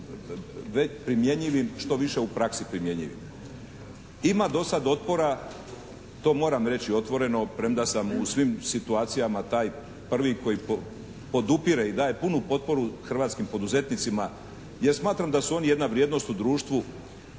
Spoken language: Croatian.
primjenjivim, što više u praksi primjenjivim. Ima do sad otpora, to moram reći otvoreno premda sam u svim situacijama taj prvi koji podupire i daje punu potporu hrvatskim poduzetnicima jer smatram da su oni jedna vrijednost u društvu.